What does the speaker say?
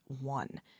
one